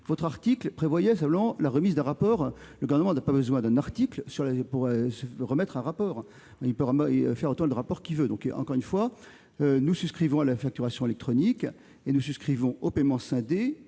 Votre article prévoyait simplement la remise d'un rapport : le Gouvernement n'a pas besoin d'un article pour se faire remettre un rapport, il peut en faire autant qu'il veut ! Encore une fois, nous souscrivons à la facturation électronique et au paiement scindé